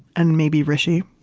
and maybe hrishi,